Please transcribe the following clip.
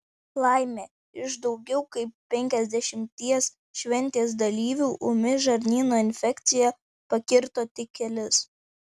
laimė iš daugiau kaip penkiasdešimties šventės dalyvių ūmi žarnyno infekcija pakirto tik kelis